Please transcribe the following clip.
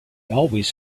always